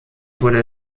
wurde